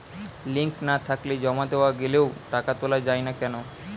Link না থাকলে জমা দেওয়া গেলেও টাকা তোলা য়ায় না কেন?